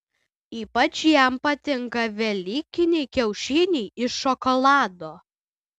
ypač jam patinka velykiniai kiaušiniai iš šokolado